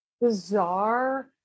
bizarre